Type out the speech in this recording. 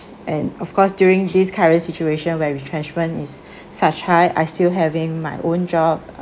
and of course during these current situation where retrenchment is such high I still having my own job